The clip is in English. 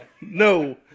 no